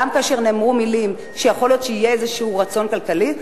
גם כאשר נאמרו מלים שיכול להיות שיהיה איזה רצון כלכלי,